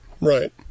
Right